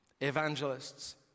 Evangelists